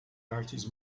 artes